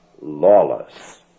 lawless